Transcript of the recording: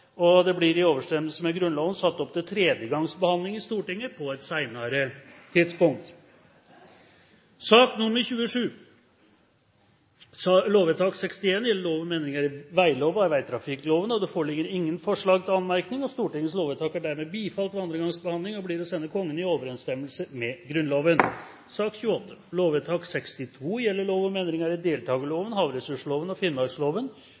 vedtatt og blir i overensstemmelse med Grunnloven ført opp til tredje gangs behandling i Stortinget på et senere tidspunkt. Votering i sakene nr. 27–29 Når det gjelder sakene nr. 27–29, er de andre gangs behandling av lovsaker. Det foreligger ingen forslag til anmerkning til noen av sakene. Stortingets lovvedtak er dermed bifalt ved andre gangs behandling og blir å sende Kongen i overensstemmelse med Grunnloven.